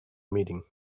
meeting